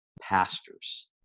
Pastors